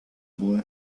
boy